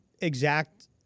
exact